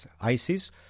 Isis